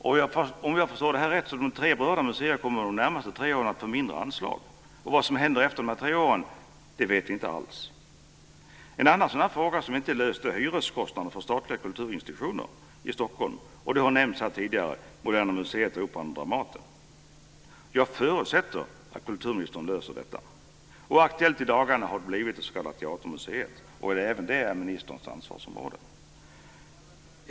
Om jag förstår detta rätt kommer de tre berörda museerna under de närmaste tre åren att få mindre anslag. Vad som händer efter dessa tre år vet vi inte alls. En annan fråga som inte är löst är hyreskostnaderna för statliga kulturinstitutioner i Stockholm. Här har tidigare nämnts Moderna museet, Operan och Dramaten. Jag förutsätter att kulturministern löser detta. I dagarna har det s.k. teatermuseet blivit aktuellt. Även det är ministerns ansvarsområde.